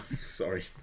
sorry